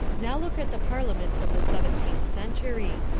now look at the parliaments of the seven teenth century.